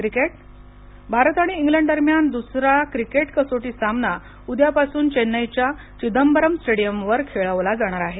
cricket Bharat आणि England दरम्यान दुसरा क्रिकेट कसोटी सामना उद्यापासून चेन्नईच्या चिदंबरम स्टेडियमवर खेळवला जाणार आहे